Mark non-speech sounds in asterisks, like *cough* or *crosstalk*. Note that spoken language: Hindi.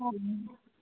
*unintelligible*